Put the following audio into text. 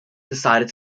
decided